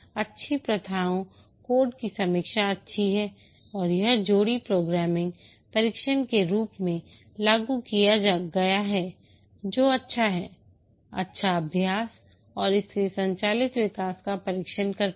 अच्छी प्रथाओं कोड की समीक्षा अच्छी है और यह जोड़ी प्रोग्रामिंग परीक्षण के रूप में लागू किया गया है जो अच्छा है अच्छा अभ्यास और इसलिए संचालित विकास का परीक्षण करता है